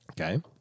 Okay